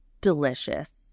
delicious